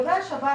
כאלה,